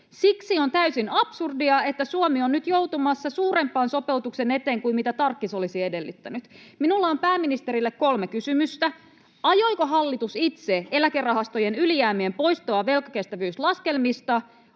Siksi on täysin absurdia, että Suomi on nyt joutumassa suuremman sopeutuksen eteen kuin mitä tarkkis olisi edellyttänyt. Minulla on pääministerille kolme kysymystä: Ajoiko hallitus itse eläkerahastojen ylijäämien poistoa velkakestävyyslaskelmista?